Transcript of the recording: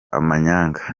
amanyanga